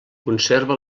conserva